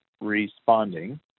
responding